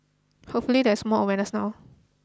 hopefully there is more awareness now